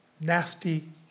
nasty